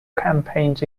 campaigns